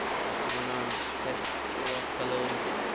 اَتھ چھِ وَنان فیٚسٹِو آف کَلٲرٕس